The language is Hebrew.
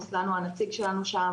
רוסלאן הוא הנציג שלנו שם,